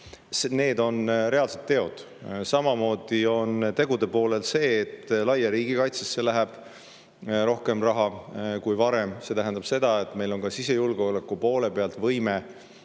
Need on reaalsed teod. Samamoodi on tegude poolel see, et laia riigikaitsesse läheb rohkem raha kui varem. See tähendab seda, et meil on ka sisejulgeoleku poole pealt võime